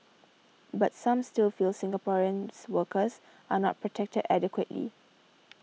but some still feel Singaporeans workers are not protected adequately